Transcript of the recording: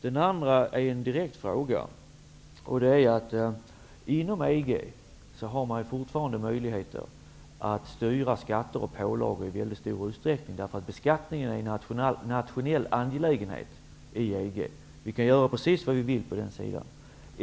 Den andra är att inom EG finns fortfarande möjligheter att styra skatter och pålagor i väldigt stor utsträckning, därför att beskattningen är en nationell angelägenhet i EG. Vi kan göra precis vad vi vill på det området.